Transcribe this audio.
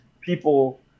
people